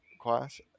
class